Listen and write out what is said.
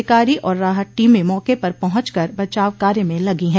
अधिकारी और राहत टीमें मौके पर पहुंच कर बचाव कार्य में लगी है